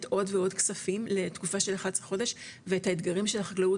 עוד ועוד כספים לתקופה של 11 חודש ואת האתגרים של החקלאות,